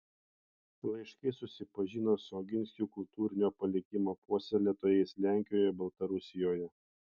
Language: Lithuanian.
laiškais susipažino su oginskių kultūrinio palikimo puoselėtojais lenkijoje baltarusijoje